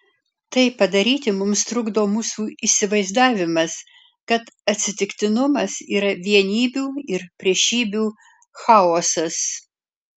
tai padaryti mums trukdo mūsų įsivaizdavimas kad atsitiktinumas yra vienybių ir priešybių chaosas